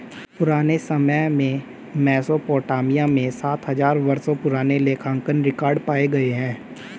पुराने समय में मेसोपोटामिया में सात हजार वर्षों पुराने लेखांकन रिकॉर्ड पाए गए हैं